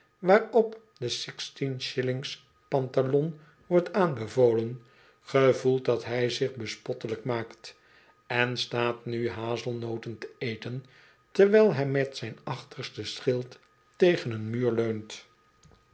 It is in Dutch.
waarop de sixteen shillings pantalon wordt aanbevolen gevoelt dat hij zich bespottelijk maakt en staat nu hazelnoten te eten terwijl hij met zijn achterste schild tegen een muur leunt